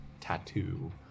tattoo